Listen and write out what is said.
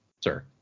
sir